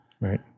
Right